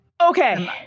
Okay